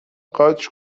قاچ